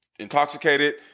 intoxicated